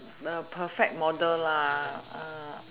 the perfect model